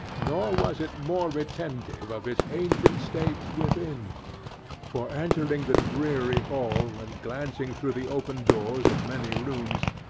nor was it more retentive of its ancient state, within for entering the dreary hall, and glancing through the open doors of many rooms,